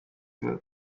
bibazo